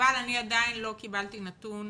אבל אני עדיין לא קיבלתי נתון